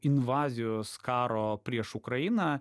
invazijos karo prieš ukrainą